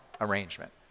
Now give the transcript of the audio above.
arrangement